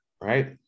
right